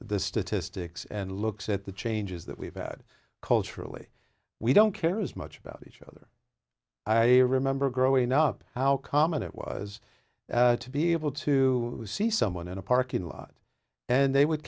the statistics and looks at the changes that we've had culturally we don't care as much about each other i remember growing up how common it was to be able to see someone in a parking lot and they would